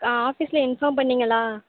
ஆஃபீஸ்சில் இன்ஃபார்ம் பண்ணீங்களா